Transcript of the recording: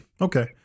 okay